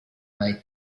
made